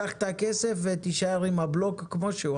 קח את הכסף ותישאר עם הבלוק כמו שהוא,